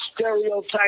stereotype